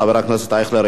חבר הכנסת אייכלר,